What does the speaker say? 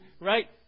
right